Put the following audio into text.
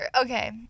Okay